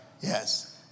Yes